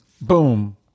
Boom